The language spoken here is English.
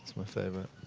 my favorite.